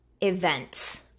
event